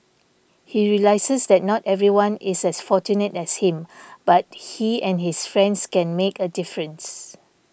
he realises that not everyone is as fortunate as him but he and his friends can make a difference